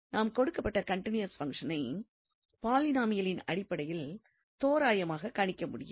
நாம் கொடுக்கப்பட்ட கன்டினியூவஸ் பங்ஷனை பாலினாமியலின் அடிப்படையில் தோராயமாகக் கணிக்க முடியும்